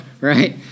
right